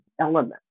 element